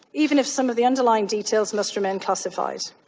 even if some of the underlying details must remain classified.